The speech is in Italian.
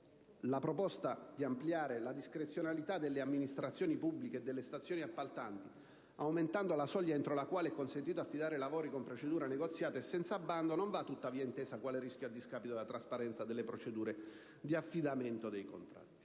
La proposta di ampliare la discrezionalità delle amministrazioni pubbliche e delle stazioni appaltanti, aumentando la soglia entro la quale è consentito affidare lavori con procedura negoziata e senza bando, non va tuttavia intesa quale rischio a discapito della trasparenza delle procedure di affidamento dei contratti.